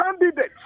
candidates